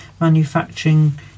manufacturing